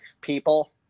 people